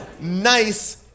nice